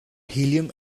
helium